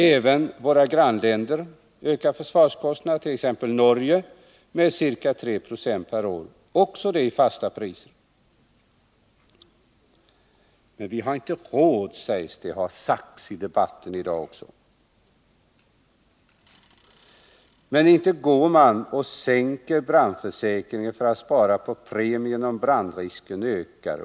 Även våra grannländer ökar försvarskostnaderna — t.ex. Norge med ca 3 46 per år, också det i fasta priser. Vi har inte råd, sägs det. Det har sagts också i debatten här i dag. Men inte går man och sänker brandfö kringen för att spara på premiekostnaderna om brandrisken ökar.